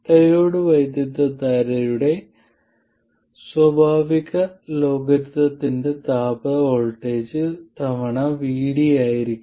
diode വൈദ്യുതധാരയുടെ സ്വാഭാവിക ലോഗരിതത്തിന്റെ താപ വോൾട്ടേജ് തവണ VD ആയിരിക്കും